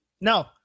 No